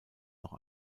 noch